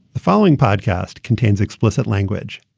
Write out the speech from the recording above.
the following podcast contains explicit language.